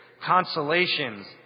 consolations